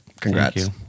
congrats